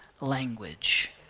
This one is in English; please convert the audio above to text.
language